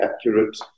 accurate